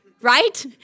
right